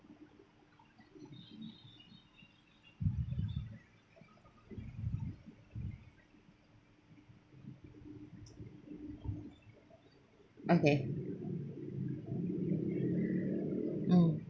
okay mm